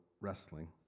wrestling